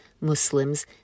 Muslims